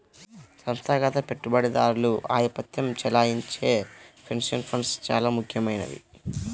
సంస్థాగత పెట్టుబడిదారులు ఆధిపత్యం చెలాయించే పెన్షన్ ఫండ్స్ చాలా ముఖ్యమైనవి